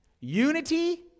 Unity